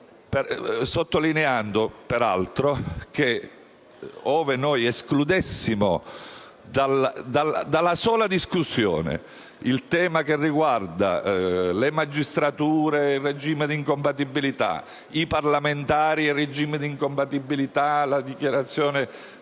sottolineando che ove noi escludessimo dalla sola discussione il tema che riguarda le magistrature e il regime di incompatibilità, i parlamentari ed il regime di incompatibilità, la dichiarazione